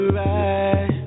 right